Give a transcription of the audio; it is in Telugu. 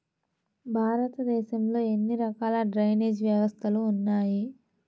భారతదేశంలో ఎన్ని రకాల డ్రైనేజ్ వ్యవస్థలు ఉన్నాయి?